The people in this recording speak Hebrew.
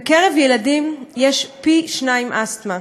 בקרב ילדים יש פי-שניים אסתמה,